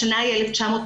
השנה היא 1994,